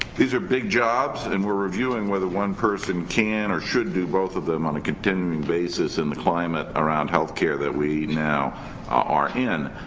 these are big jobs and we're reviewing whether one person can or should do both of them on a continuing basis, in the climate around healthcare that we now are in.